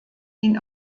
ihn